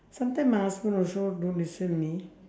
sometimes my husband also don't listen me